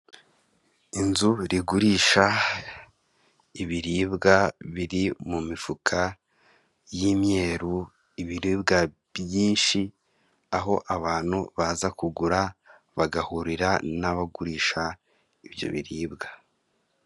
Inzu igurisha ibiribwa biri mu mifuka y'imyeru, ibiribwa byinshi, aho abantu baza kugura bagahurira n'abagurisha ibyo biribwa.